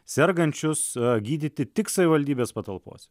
sergančius gydyti tik savivaldybės patalpose